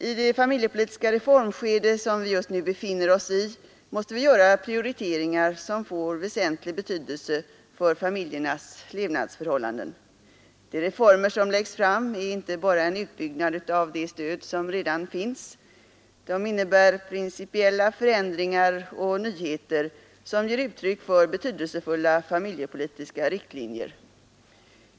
I det familjepolitiska reformskede som vi just nu befinner oss måste vi göra prioriteringar som får väsentlig betydelse för familjernas levnadsförhållanden. De reformer som läggs fram är inte bara en utbyggnad av det stöd som redan finns. De innebär principiella förändringar och nyheter som ger uttryck för betydelsefulla familjepolitiska riktlinjer.